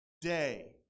day